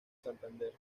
santander